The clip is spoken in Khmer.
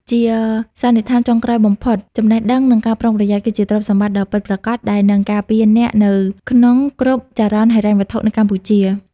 ជាសន្និដ្ឋានចុងក្រោយបំផុត "ចំណេះដឹង និងការប្រុងប្រយ័ត្ន" គឺជាទ្រព្យសម្បត្តិដ៏ពិតប្រាកដ ដែលនឹងការពារអ្នកនៅក្នុងគ្រប់ចរន្តហិរញ្ញវត្ថុនៅកម្ពុជា។